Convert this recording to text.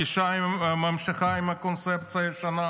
ממשיכה עם הקונספציה הישנה,